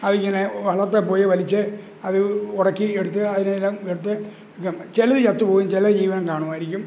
അതിങ്ങനെ വള്ളത്തിൽപ്പോയി വലിച്ച് അത് ഉടക്കി എടുത്ത് അതിനെയെല്ലാം എടുത്ത് ചിലത് ചത്തുപോകും ചിലത് ജീവന് കാണുമായിരിക്കും